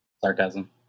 Sarcasm